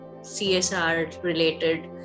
CSR-related